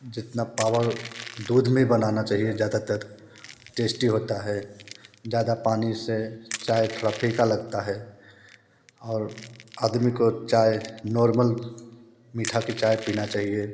जितना पावर दूध में बनाना चाहिए जादातर टेस्टी होता है ज़्यादा पानी से चाय थोड़ा फीका लगता है और आदमी को चाय नॉर्मल मीठा की चाय पीना चाहिए